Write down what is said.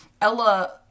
Ella